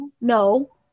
no